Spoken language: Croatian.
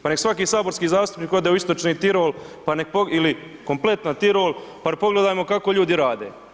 Pa nek svaki saborski zastupnik ode u Istočni Tirol pa nek ili kompletan Tirol pa pogledajmo kako ljudi rade.